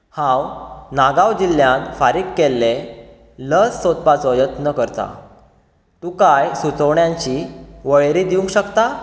हांव नागांव जिल्ल्यांत फुारीक केल्लें लस सोदपाचो यत्न करतां तूं कांय सुचोवण्यांची वळेरी दिवंक शकता